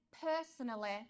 personally